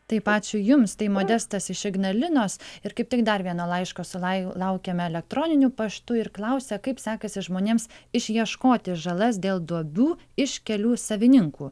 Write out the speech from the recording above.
taip ačiū jums tai modestas iš ignalinos ir kaip tik dar vieno laiško sulai laukiame elektroniniu paštu ir klausia kaip sekasi žmonėms išieškoti žalas dėl duobių iš kelių savininkų